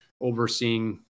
overseeing